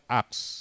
acts